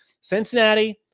Cincinnati